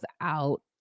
out